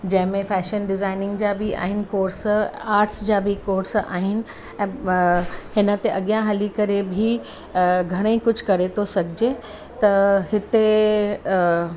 जंहिं में fashion designing जा बि आहिनि कोर्स आर्ट्स जा बि कोर्स आहिनि ऐं हिन ते अॻियां हली करे बि घणेई कुझु करे थो सघिजे त हिते